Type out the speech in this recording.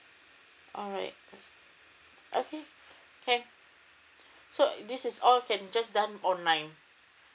alright okay can so this is all can just done online